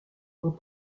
ont